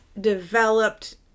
developed